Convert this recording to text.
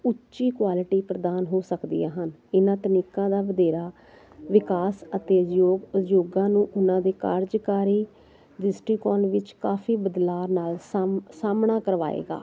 ਉੱਚੀ ਕੁਆਲਿਟੀ ਪ੍ਰਦਾਨ ਹੋ ਸਕਦੀਆਂ ਹਨ ਇਹਨਾਂ ਤਰੀਕਾਂ ਦਾ ਵਧੇਰਾ ਵਿਕਾਸ ਅਤੇ ਯੋਗ ਉਦਯੋਗਾਂ ਨੂੰ ਉਹਨਾਂ ਦੇ ਕਾਰਜਕਾਰੀ ਦ੍ਰਿਸਟੀਕੋਨ ਵਿੱਚ ਕਾਫੀ ਬਦਲਾਅ ਨਾਲ ਸਾਮ ਸਾਹਮਣਾ ਕਰਵਾਏਗਾ